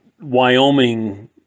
Wyoming